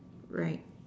right